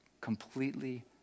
completely